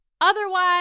Otherwise